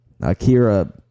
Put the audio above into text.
Akira